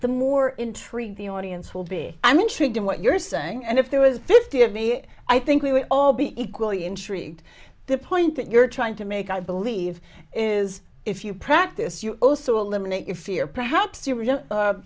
the more intriguing the audience will be i'm intrigued in what you're saying and if there was fifty of me i think we would all be equally intrigued the point that you're trying to make i believe is if you practice you also eliminate your fear perhaps